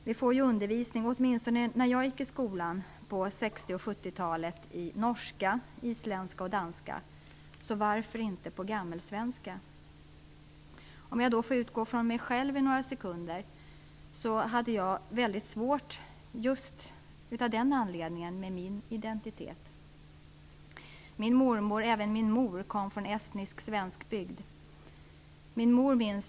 Vi får ju undervisning i norska, isländska och danska - åtminstone fick jag det när jag gick i skolan på 60 och 70 talen - så varför inte också studier av gammalsvenska? Låt mig för några sekunder få utgå från mig själv. Jag hade det väldigt svårt med min identitet av en anledning som hade samband med just detta. Min mormor och även min mor kom från estnisk svenskbygd.